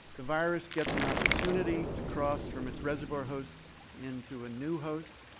the virus gets an opportunity to cross from its reservoir host into a new host